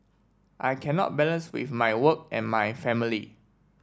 I cannot balance with my work and my family